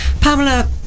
Pamela